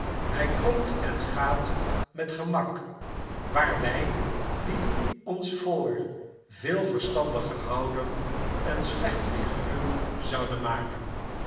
hij komt en gaat met gemak waar wij die ons voor veel verstandiger houden een slecht figuur zouden maken